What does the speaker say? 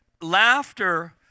laughter